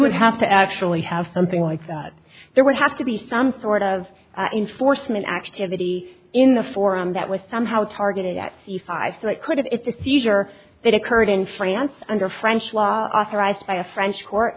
would have to actually have something like that there would have to be some sort of in forstmann activity in the forum that was somehow targeted at sci fi so it could have it's a seizure that occurred in france under french law authorized by a french court